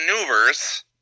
maneuvers